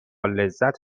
لذت